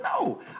no